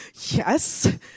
yes